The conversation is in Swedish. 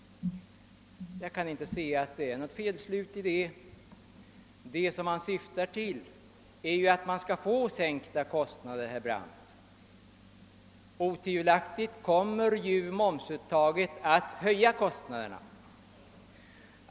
Jag kan inte se att detta är något felslut. Vad riksdagens uttalanden syftat till är att åstadkomma sänkta kostnader. Otvivelaktigt kommer momsuttaget att höja kostnaderna.